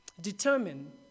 determine